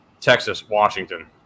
Texas-Washington